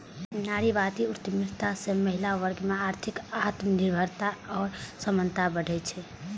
नारीवादी उद्यमिता सं महिला वर्ग मे आर्थिक आत्मनिर्भरता आ समानता बढ़ै छै